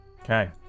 Okay